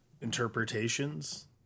Interpretations